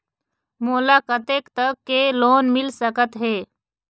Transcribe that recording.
मोला कतेक तक के लोन मिल सकत हे?